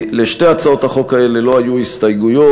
לשתי הצעות החוק האלה לא היו הסתייגויות.